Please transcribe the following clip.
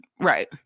Right